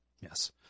yes